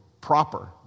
proper